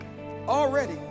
Already